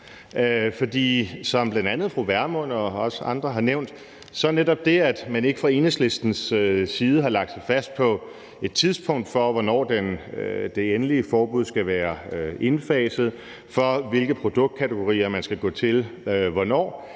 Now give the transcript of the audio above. det. Som bl.a. fru Pernille Vermund og andre har nævnt, har man ikke fra Enhedslistens side lagt sig fast på et tidspunkt for, hvornår det endelige forbud skal være indfaset, eller for, hvilke produktkategorier man skal gå til hvornår,